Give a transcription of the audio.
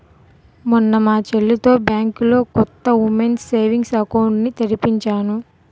మొన్న మా చెల్లితో బ్యాంకులో కొత్త ఉమెన్స్ సేవింగ్స్ అకౌంట్ ని తెరిపించాను